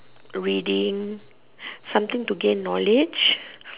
reading something to gain knowledge